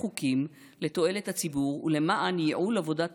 חוקים לתועלת הציבור ולמען ייעול עבודת